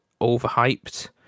overhyped